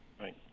Right